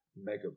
mega